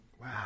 Wow